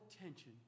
attention